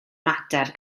mater